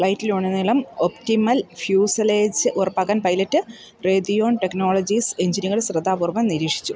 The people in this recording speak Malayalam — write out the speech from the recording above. ഫ്ലൈറ്റിലുടനീളം ഒപ്റ്റിമൽ ഫ്യൂസലേജ് ഉറപ്പാക്കാൻ പൈലറ്റ് റേതിയോൺ ടെക്നോളജീസ് എഞ്ചിന്കൾ ശ്രദ്ധാപൂർവ്വം നിരീക്ഷിച്ചു